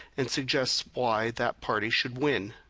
and suggests why that party should win.